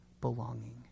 belonging